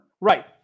Right